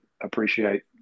appreciate